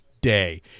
day